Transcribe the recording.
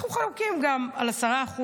אנחנו חלוקים על 10%,